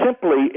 simply